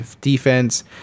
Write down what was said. defense